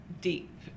deep